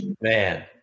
Man